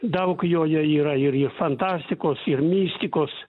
daug joje yra ir ir fantastikos ir mistikos